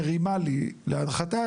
מרימה לי להנחתה,